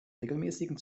regelmäßigen